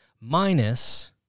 minus